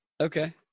Okay